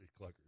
Cluckers